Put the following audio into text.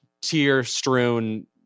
tear-strewn